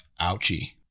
ouchie